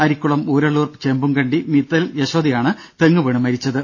അരിക്കുളം ഊരള്ളൂർ ചേമ്പുംക്കണ്ടി മീത്തൽ യശോദയാണ് തെങ്ങുവീണ് മരിച്ചത്